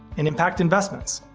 and impact investments.